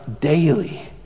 daily